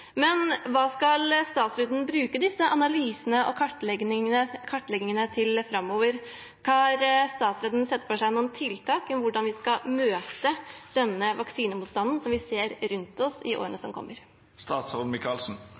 Men hva skal statsråden bruke disse analysene og kartleggingene til framover? Har statsråden sett for seg noen tiltak for hvordan vi skal møte denne vaksinemotstanden som vi ser rundt oss, i årene